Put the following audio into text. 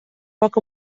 poc